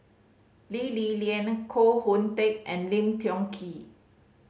Lee Li Lian Koh Hoon Teck and Lim Tiong Ghee